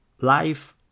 Life